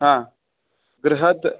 हा गृहात्